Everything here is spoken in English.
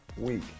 week